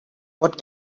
what